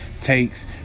takes